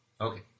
Okay